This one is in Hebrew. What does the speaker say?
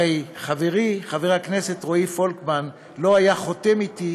הרי חברי חבר הכנסת רועי פולקמן לא היה חותם אתי